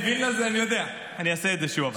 אני אעשה את זה שוב.